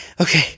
Okay